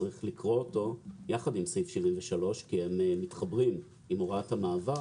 צריך לקרוא אותו יחד עם סעיף 73 כי הם מתחברים עם הוראות המעבר